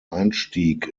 einstieg